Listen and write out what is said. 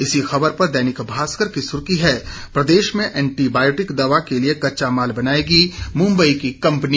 इसी खबर पर दैनिक भास्कर की सुर्खी है प्रदेश में एंटीबायोटिक दवा के लिए कच्चा माल बनाएगी मुंबई की कंपनी